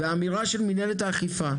והאמירה של מנהלת האכיפה,